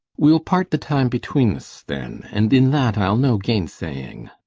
we'll part the time between s then and in that i'll no gainsaying.